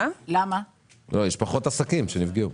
יש פחות עסקים שנפגעו.